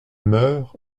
meurt